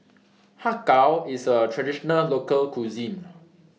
Har Kow IS A Traditional Local Cuisine